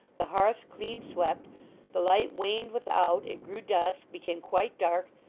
the hearth clean swept the light waned without, it grew dusk, became quite dark,